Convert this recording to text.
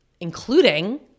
including